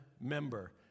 member